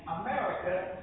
America